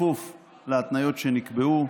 בכפוף להתניות שנקבעו.